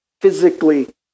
physically